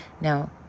Now